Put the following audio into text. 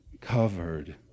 covered